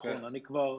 אני כבר,